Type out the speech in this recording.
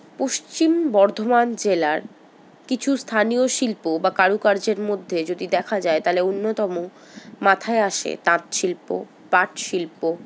পশ্চিম বর্ধমান জেলার কিছু স্থানীয় শিল্প বা কারুকার্যের মধ্যে যদি দেখা যায় তাহলে অন্যতম মাথায় আসে তাঁত শিল্প পাট শিল্প